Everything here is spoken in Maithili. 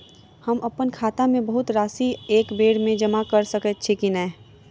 हम अप्पन खाता मे बहुत राशि एकबेर मे जमा कऽ सकैत छी की नै?